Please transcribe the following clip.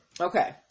okay